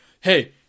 Hey